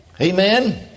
Amen